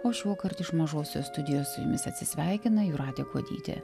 o šiuokart iš mažosios studijos su jumis atsisveikina jūratė kuodytė